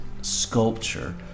sculpture